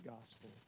gospel